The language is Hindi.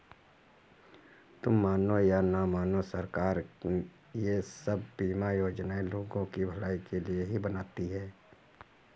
तुम मानो या न मानो, सरकार ये सब बीमा योजनाएं लोगों की भलाई के लिए ही बनाती है